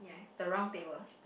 yeah the round table